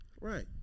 Right